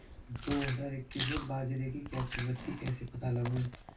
दो हज़ार इक्कीस में बाजरे की क्या कीमत थी कैसे पता लगाएँ?